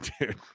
dude